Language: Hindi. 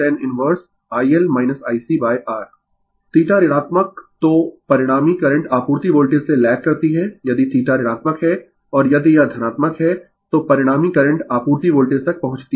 Refer slide Time 0402 Θ ऋणात्मक तो परिणामी करंट आपूर्ति वोल्टेज से लैग करती है यदि θ ऋणात्मक है और यदि यह धनात्मक है परिणामी करंट आपूर्ति वोल्टेज तक पहुँचती है